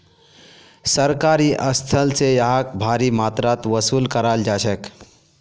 सरकारी स्थल स यहाक भारी मात्रात वसूल कराल जा छेक